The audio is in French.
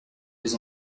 des